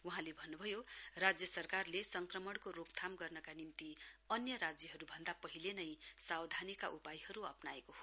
वहाँले भन्नु भयो राज्य सरकारले संक्रमणको रोकथाम गर्नका निम्ति अन्य राज्यहरूअन्दा पहिले नै सावधानीका उपायहरू अप्नाएको हो